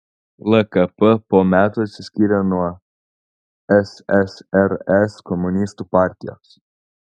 lkp po metų atsiskyrė nuo ssrs komunistų partijos